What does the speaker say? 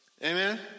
Amen